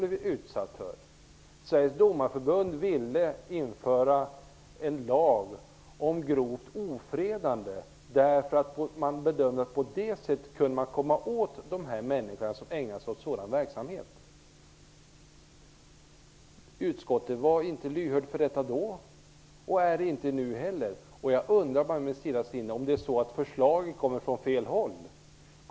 Sveriges Domareförbund ville införa en lag om grovt ofredande, eftersom man bedömde att man på det sättet skulle kunna komma åt de människor som ägnar sig åt sådan verksamhet. Utskottet var inte lyhört för detta då och är det inte heller nu. Jag undrar i mitt stilla sinne om det är så att förslagen kommer från fel håll.